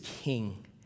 king